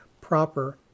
proper